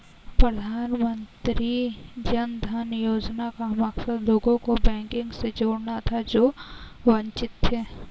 प्रधानमंत्री जन धन योजना का मकसद लोगों को बैंकिंग से जोड़ना था जो वंचित थे